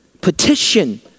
petition